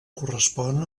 correspon